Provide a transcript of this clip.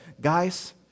Guys